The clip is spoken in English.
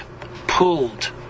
pulled